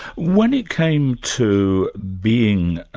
when it came to being